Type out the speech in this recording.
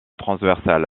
transversale